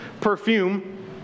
perfume